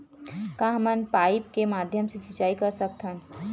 का हमन पाइप के माध्यम से सिंचाई कर सकथन?